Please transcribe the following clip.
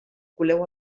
coleu